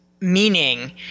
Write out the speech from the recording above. Meaning